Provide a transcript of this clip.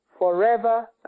forever